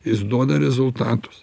jis duoda rezultatus